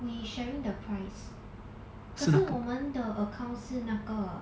we sharing the price 可是我们的 account 是那个